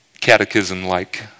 catechism-like